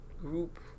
group